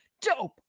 Dope